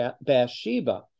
Bathsheba